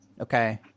Okay